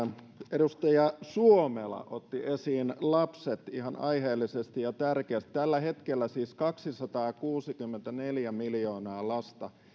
edustaja suomela otti esiin lapset ihan aiheellisesti ja tärkeästi tällä hetkellä siis kaksisataakuusikymmentäneljä miljonaa lasta